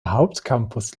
hauptcampus